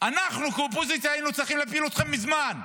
אנחנו כאופוזיציה היינו צריכים להפיל אתכם מזמן.